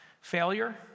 Failure